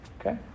Okay